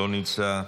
לא נמצא,